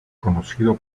conocido